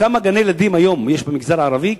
כמה גני-ילדים יש היום במגזר הערבי,